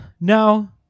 No